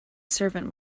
servant